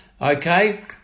okay